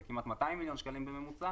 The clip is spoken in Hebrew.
זה כמעט 200 מיליון שקלים בממוצע